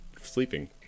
sleeping